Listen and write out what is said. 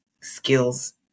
skills